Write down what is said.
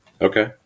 Okay